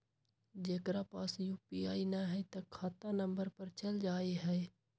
जेकरा पास यू.पी.आई न है त खाता नं पर चल जाह ई?